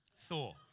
Thor